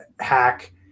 hack